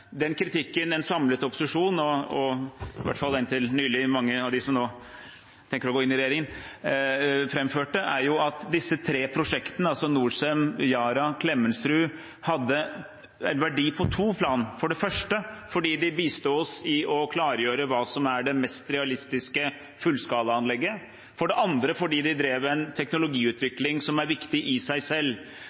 hvert fall inntil nylig – mange av dem som nå tenker på å gå inn i regjeringen, framførte, er at disse tre prosjektene, altså Norcem, Yara og Klemetsrud, hadde en verdi på to plan: for det første fordi de bisto oss i å klargjøre hva som er det mest realistiske fullskalaanlegget, for det andre fordi de drev en teknologiutvikling som er viktig i seg selv.